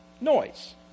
Noise